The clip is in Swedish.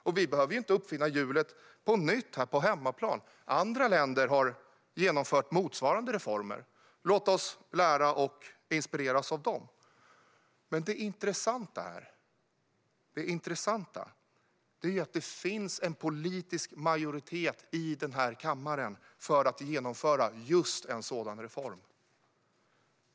Och vi behöver ju inte uppfinna hjulet på nytt här på hemmaplan. Andra länder har genomfört motsvarande reformer. Låt oss lära och inspireras av dem! Det intressanta är att det finns en politisk majoritet i den här kammaren för att genomföra just en sådan reform.